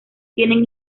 tienen